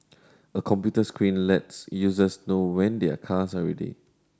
a computer screen lets users know when their cars are ready